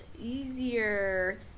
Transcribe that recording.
easier